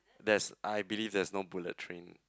that's I believe that's not bullet train